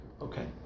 Okay